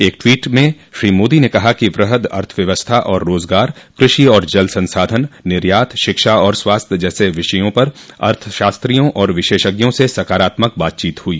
एक ट्वीट में श्री मोदी ने कहा कि वृहद अर्थव्यवस्था और रोजगार कृषि और जल संसाधन निर्यात शिक्षा और स्वास्थ्य जैसे विषयों पर अर्थशास्त्रियों और विशषज्ञों से सकारात्मक बातचीत हुई